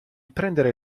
prendere